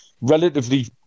relatively